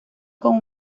con